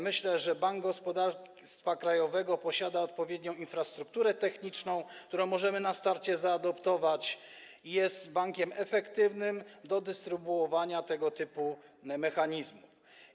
Myślę, że Bank Gospodarstwa Krajowego posiada odpowiednią infrastrukturę techniczną, którą możemy na starcie zaadoptować, jest bankiem efektywnym, jeżeli chodzi o dystrybuowanie tego typu mechanizmów.